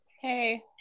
Hey